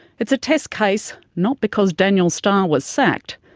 it's a test case not because daniel starr was sacked,